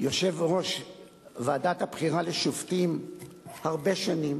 יושב-ראש ועדת הבחירה לשופטים הרבה שנים